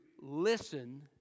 listen